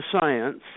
science